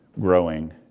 growing